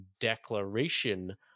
declaration